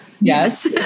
Yes